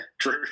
True